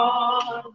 on